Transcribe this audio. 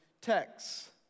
texts